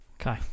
okay